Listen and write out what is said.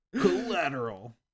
collateral